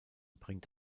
bringt